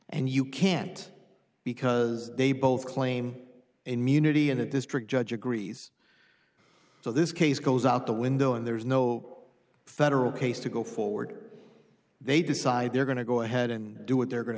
and you can't because they both claim immunity and a district judge agrees so this case goes out the window and there's no federal case to go forward they decide they're going to go ahead and do what they're going to